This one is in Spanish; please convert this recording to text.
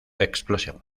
explosión